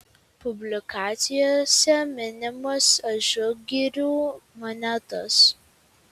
publikacijose minimos ažugirių monetos